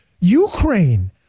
ukraine